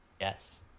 Yes